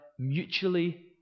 Mutually